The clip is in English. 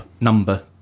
number